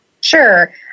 Sure